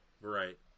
Right